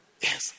Yes